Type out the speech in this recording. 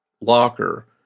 locker